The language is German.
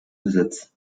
besitz